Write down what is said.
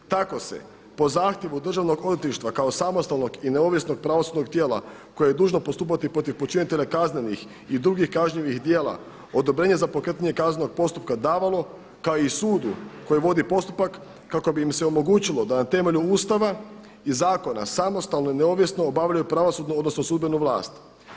Tako se po zahtjevu Državnog odvjetništva kao samostalnog i neovisnog pravosudnog tijela koje je dužno postupati protiv počinitelja kaznenih i drugih kažnjivih djela, odobrenje za pokretanje kaznenog postupka davalo kao i sudu koji vodi postupak kako bi im se omogućilo da na temelju Ustava i zakona samostalno i neovisno obavljaju pravosudnu, odnosno sudbenu vlast.